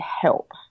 help